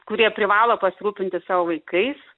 kurie privalo pasirūpinti savo vaikais